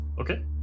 Okay